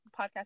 podcast